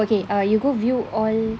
okay uh you go view all